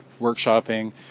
workshopping